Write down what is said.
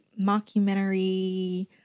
mockumentary